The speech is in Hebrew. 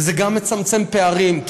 וזה גם מצמצם פערים,